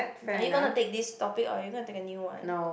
are you gonna take this topic or you gonna to take a new one